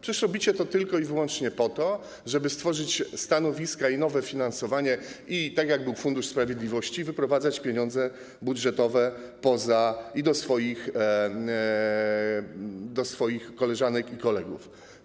Przecież robicie to tylko i wyłącznie po to, żeby stworzyć stanowiska i nowe finansowanie i - tak jak to było w przypadku Funduszu Sprawiedliwości - wyprowadzać pieniądze budżetowe poza to, do swoich koleżanek i kolegów.